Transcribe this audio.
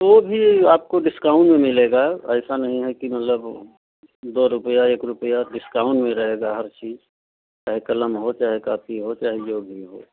वह भी आपको डिस्काउंट में मिलेगा ऐसा नहीं है कि मतलब वह दो रुपये एक रुपये डिस्काउंट नहीं रहेगा हर चीज़ चाहे क़लम हो चाहे कापी हो चाहे जो भी हो